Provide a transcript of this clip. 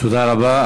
תודה רבה.